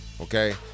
okay